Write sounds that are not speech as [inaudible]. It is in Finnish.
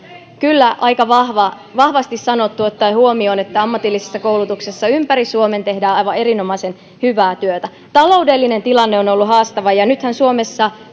kyllä aika vahvasti sanottu ottaen huomioon että ammatillisessa koulutuksessa ympäri suomen tehdään aivan erinomaisen hyvää työtä taloudellinen tilanne on ollut haastava nythän suomessa [unintelligible]